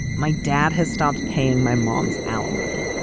my dad has stopped paying my mom's alimony.